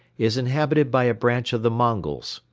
is inhabited by a branch of the mongols,